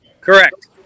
Correct